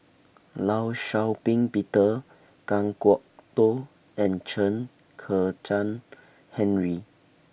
law Shau Ping Peter Kan Kwok Toh and Chen Kezhan Henri